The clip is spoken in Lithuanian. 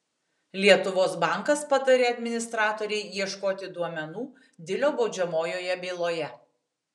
lietuvos bankas patarė administratorei ieškoti duomenų dilio baudžiamojoje byloje